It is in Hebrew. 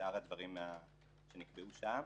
ושאר הדברים שנקבעו שם.